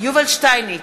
יובל שטייניץ,